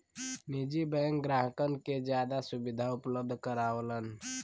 निजी बैंक ग्राहकन के जादा सुविधा उपलब्ध करावलन